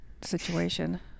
situation